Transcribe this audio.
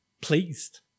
pleased